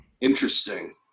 interesting